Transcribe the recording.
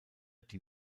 die